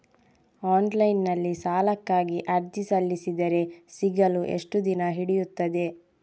Online ನಲ್ಲಿ ಸಾಲಕ್ಕಾಗಿ ಅರ್ಜಿ ಸಲ್ಲಿಸಿದರೆ ಸಿಗಲು ಎಷ್ಟು ದಿನ ಹಿಡಿಯುತ್ತದೆ?